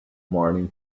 morning